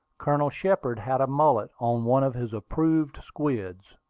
colonel shepard had a mullet on one of his approved squids.